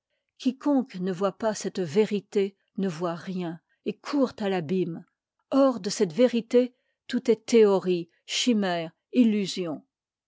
quiconque ne voit pas cette vé î f ité ne voit rien et court à l'abîme hors de cette vérité tout est tfiéoric chimère juusion